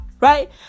right